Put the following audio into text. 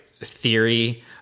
theory